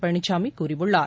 பழனிசாமி கூறியுள்ளார்